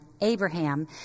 Abraham